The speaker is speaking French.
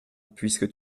puisque